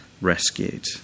rescued